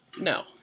no